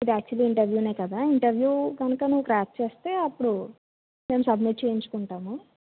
ఇది యాక్చువలి ఇంటర్వ్యూనే కదా ఇంటర్వ్యూ కనుక నువ్వు క్రాక్ చేస్తే అప్పుడు మేము సబ్మిట్ చేయించుకుంటాము